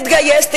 תתגייס,